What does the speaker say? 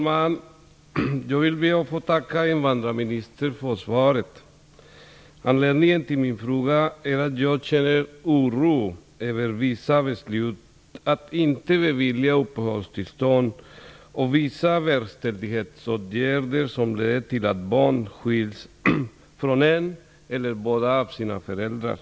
Herr talman! Jag ber att få tacka invandrarministern för svaret. Anledningen till min fråga är att jag känner oro över vissa beslut att inte bevilja uppehållstillstånd och vissa verkställighetsåtgärder som leder till att barn skiljs från en förälder eller från båda föräldrarna.